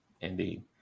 indeed